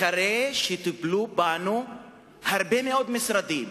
אחרי שטיפלו בנו הרבה מאוד משרדים,